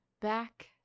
back